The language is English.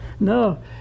no